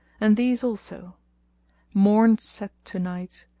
and these also morn saith to night,